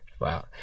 wow